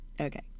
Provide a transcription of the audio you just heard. okay